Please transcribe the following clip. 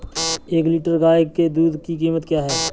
एक लीटर गाय के दूध की कीमत क्या है?